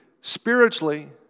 spiritually